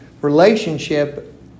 relationship